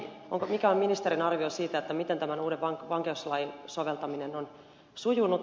mikä on ministerin arvio siitä miten tämän uuden vankeuslain soveltaminen on sujunut